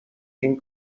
این